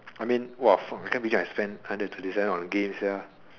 I mean !wah! fuck I can't believe I spent hundred and thirty seven on game sia